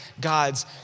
God's